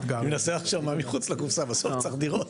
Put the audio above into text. מנסה לחשוב מחוץ לקופסא, בסוף צריך דירות.